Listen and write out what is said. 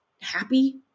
happy